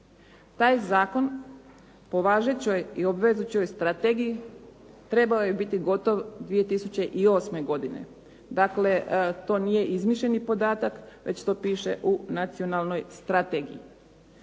Taj zakon po važećoj i obvezujućoj strategiji trebao je biti gotov 2008. godine. Dakle, to nije izmišljeni podatak, već to piše u nacionalnoj strategiji.